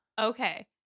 Okay